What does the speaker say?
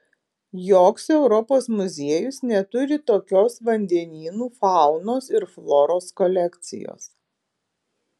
joks europos muziejus neturi tokios vandenynų faunos ir floros kolekcijos